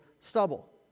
stubble